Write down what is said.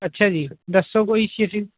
ਅੱਛਾ ਜੀ ਦੱਸੋ ਕੋਈ ਸ਼ੀਟਿੰਗ